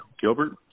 Gilbert